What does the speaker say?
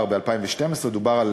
ב-2012, דובר,